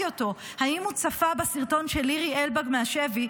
אותו אם הוא צפה בסרטון של לירי אלבג מהשבי,